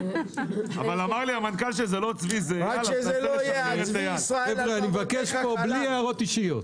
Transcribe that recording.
רק שזה לא יהיה "הצבי ישראל על במותיך חלל".